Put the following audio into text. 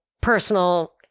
personal